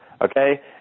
okay